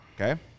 Okay